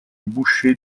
boucher